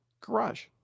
Garage